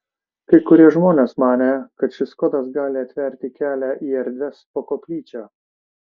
kai kurie žmonės manė kad šis kodas gali atverti kelią į erdves po koplyčia